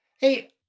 Hey